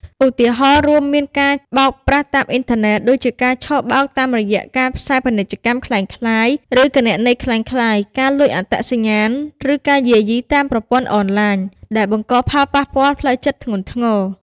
ឧទាហរណ៍រួមមាន ការបោកប្រាស់តាមអ៊ីនធឺណិត (ដូចជាការឆបោកតាមរយៈការផ្សាយពាណិជ្ជកម្មក្លែងក្លាយ ឬគណនីក្លែងក្លាយ) ការលួចអត្តសញ្ញាណ ឬ ការយាយីតាមប្រព័ន្ធអនឡាញ ដែលបង្កផលប៉ះពាល់ផ្លូវចិត្តធ្ងន់ធ្ងរ។